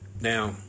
Now